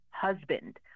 Husband